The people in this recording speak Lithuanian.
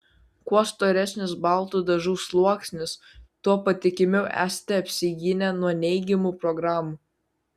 kuo storesnis baltų dažų sluoksnis tuo patikimiau esate apsigynę nuo neigiamų programų